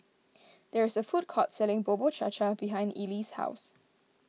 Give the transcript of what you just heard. there is a food court selling Bubur Cha Cha behind Eli's house